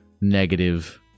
negative